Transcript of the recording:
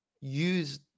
use